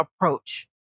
approach